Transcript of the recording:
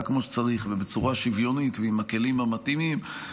כמו שצריך ובצורה שוויונית ועם הכלים המתאימים,